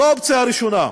זו האופציה הראשונה.